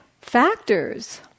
factors